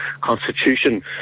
Constitution